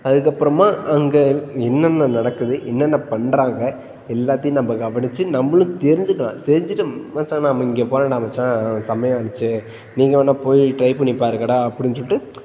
அதுக்கப்புறமாக அங்கே என்னென்ன நடக்குது என்னென்ன பண்ணுறாங்க எல்லாத்தையும் நம்ம கவனித்து நம்மளும் தெரிஞ்சுக்கலாம் தெரிஞ்சுட்டு மச்சான் நான் இங்கே போனேன்டா மச்சான் அங்கே செமையாக இருந்துச்சு நீங்கள் வேணால் போய் ட்ரை பண்ணிப் பாருங்கடா அப்படின்னு சொல்லிட்டு